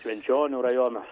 švenčionių rajonas